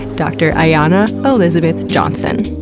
dr. ayana elizabeth johnson.